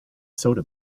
soda